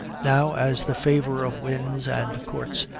now, as the favor of winds and courts,